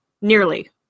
Nearly